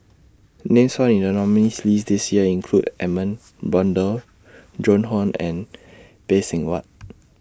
Names found in The nominees' list This Year include Edmund Blundell Joan Hon and Phay Seng Whatt